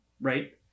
right